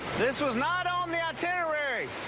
this was not on the itinerary!